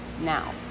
now